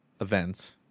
events